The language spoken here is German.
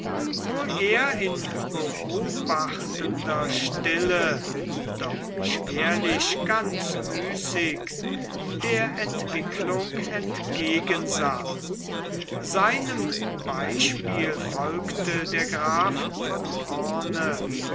wo er in beobachtender stille doch schwerlich ganz müßig der entwicklung entgegen sah seinem beispiel folgte der graf von hoorn